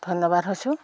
ধন্যবাদ হৈছোঁ